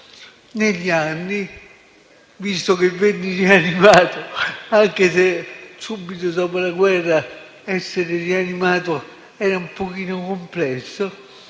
Nacqui asfittico e venni rianimato, anche se, subito dopo la guerra, essere rianimato era un po' complesso.